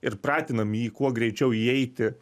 ir pratinam jį kuo greičiau įeiti